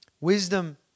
Wisdom